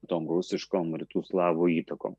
tom rusiškom rytų slavų įtakom